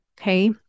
Okay